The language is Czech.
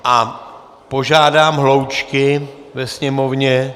A požádám hloučky ve sněmovně...